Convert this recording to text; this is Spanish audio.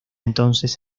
entonces